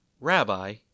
Rabbi